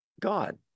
God